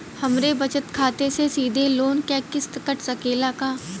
हमरे बचत खाते से सीधे लोन क किस्त कट सकेला का?